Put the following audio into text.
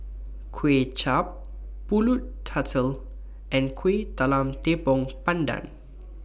Kway Chap Pulut Tatal and Kueh Talam Tepong Pandan